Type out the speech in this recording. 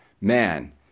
Man